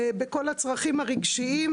בכל הצרכים הרגשיים.